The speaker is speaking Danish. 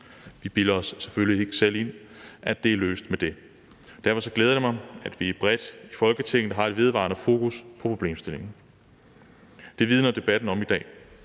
Vi bilder os selvfølgelig ikke selv ind, at det er løst med det, og derfor glæder det mig, at vi bredt i Folketinget har et vedvarende fokus på problemstillingen. Det vidner debatten også om i dag,